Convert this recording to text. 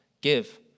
give